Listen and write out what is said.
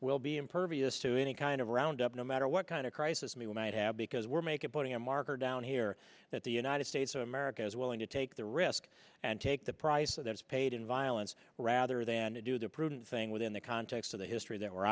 will be impervious to any kind of round up no matter what kind of crisis and we might have because we're making putting a marker down here that the united states of america is willing to take the risk and take the price that is paid in violence rather than to do the prudent thing within the context of the history that we're